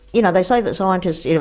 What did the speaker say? you know they say that scientists,